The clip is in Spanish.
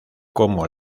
como